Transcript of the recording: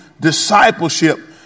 discipleship